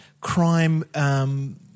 crime